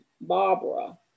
Barbara